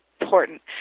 important